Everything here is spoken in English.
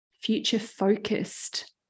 future-focused